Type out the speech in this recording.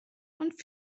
und